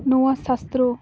ᱱᱚᱣᱟ ᱥᱟᱥᱛᱨᱚ